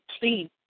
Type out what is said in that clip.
please